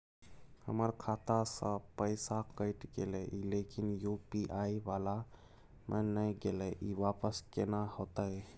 हमर खाता स पैसा कैट गेले इ लेकिन यु.पी.आई वाला म नय गेले इ वापस केना होतै?